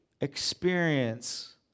experience